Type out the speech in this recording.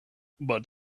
but